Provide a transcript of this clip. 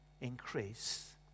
increase